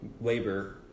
labor